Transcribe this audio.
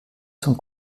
zum